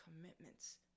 commitments